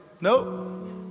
nope